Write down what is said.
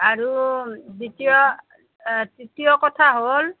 আৰু দ্বিতীয় তৃতীয় কথা হ'ল